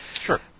Sure